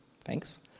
Thanks